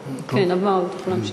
כן, עבר, אתה יכול להמשיך.